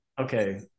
Okay